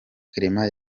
clement